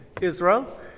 Israel